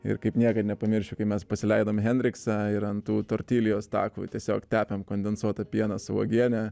ir kaip niekad nepamiršiu kai mes pasileidom hendriksą ir ant tų tortilijos takų tiesiog tepėm kondensuotą pieną su uogiene